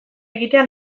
egitea